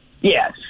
Yes